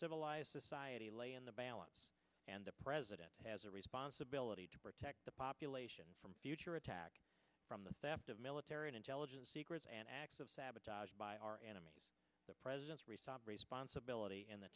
civilized society lay in the balance and the president has a responsibility to protect the population from future attack from the theft of military and intelligence secrets and acts of sabotage by our enemies the president's recent responsibility in th